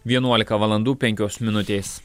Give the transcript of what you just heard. vienuolika valandų penkios minutės